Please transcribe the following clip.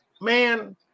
Man